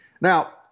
Now